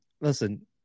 listen